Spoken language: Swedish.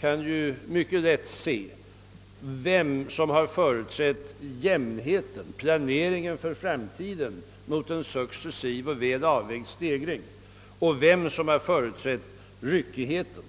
kan mycket lätt se vem som har företrätt jämnheten, planeringen för framtiden med en successiv och väl avvägd stegring och vem som har företrätt ryckigheten.